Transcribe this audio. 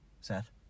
Seth